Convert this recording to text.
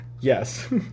Yes